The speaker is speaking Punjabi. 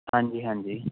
ਹਾਂਜੀ ਹਾਂਜੀ